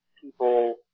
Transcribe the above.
people